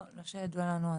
לא שידוע לנו.